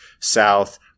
south